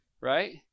right